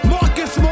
Marcus